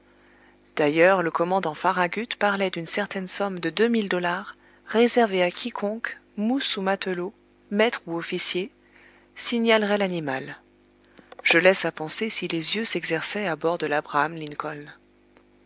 d'ailleurs le commandant farragut parlait d'une certaine somme de deux mille dollars réservée à quiconque mousse ou matelot maître ou officier signalerait l'animal je laisse à penser si les yeux s'exerçaient à bord de